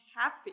Happy